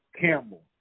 camel